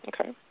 Okay